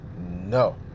no